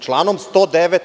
Članom 109.